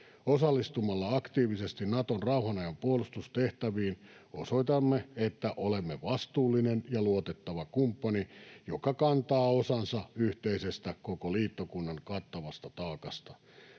Osallistumalla aktiivisesti Naton rauhan ajan puolustustehtäviin osoitamme, että olemme vastuullinen ja luotettava kumppani, joka kantaa osansa yhteisestä koko liittokunnan kattavasta taakasta.